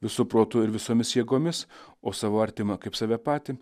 visu protu ir visomis jėgomis o savo artimą kaip save patį